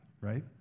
right